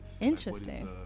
interesting